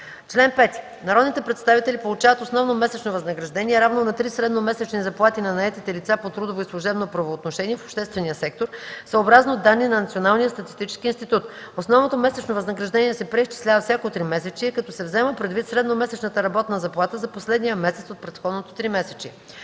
Чл. 5. Народните представители получават основно месечно възнаграждение, равно на три средномесечни заплати на наетите лица по трудово и служебно правоотношение в обществения сектор, съобразно данни на Националния статистически институт. Основното месечно възнаграждение се преизчислява всяко тримесечие, като се взема предвид средномесечната работна заплата за последния месец от предходното тримесечие.